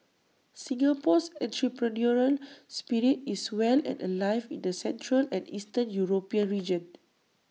Singapore's entrepreneurial spirit is well and alive in the central and eastern european region